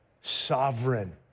Sovereign